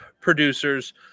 producers